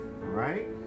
Right